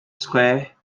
square